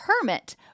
hermit